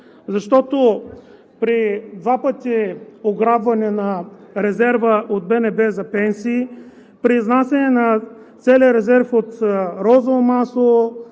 При два пъти ограбване на резерва от БНБ за пенсии, при изнасяне на целия резерв от розово масло,